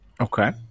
okay